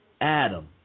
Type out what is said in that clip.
Adam